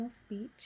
speech